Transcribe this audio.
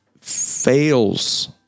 fails